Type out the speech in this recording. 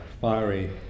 fiery